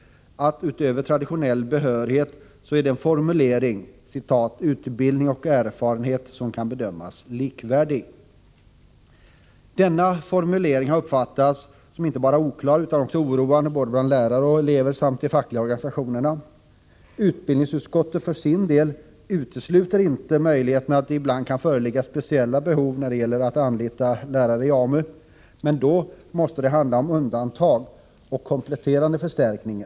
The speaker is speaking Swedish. Där står det förutom om traditionell behörighet bl.a. följande: ”——— utbildning och erfarenhet som kan bedömas likvärdig”. Denna formulering har uppfattats som inte bara oklar utan också som oroande, såväl bland lärare och elever som av de fackliga organisationerna. Utbildningsutskottet för sin del utesluter inte möjligheten att det ibland kan föreligga speciella behov när det gäller att anlita lärare i AMU, men då måste det handla om undantag och kompletterande förstärkning.